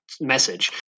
message